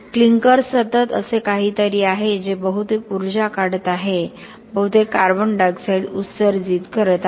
clinker सतत असे काहीतरी आहे जे बहुतेक ऊर्जा काढत आहे बहुतेक कार्बन डायॉक्साइड उत्सर्जित करत आहे